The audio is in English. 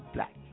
Black